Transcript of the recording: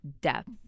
depth